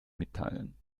mitteilen